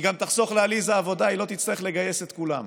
היא גם תחסוך לעליזה עבודה היא לא תצטרך לגייס את כולם.